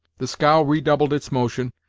the scow redoubled its motion,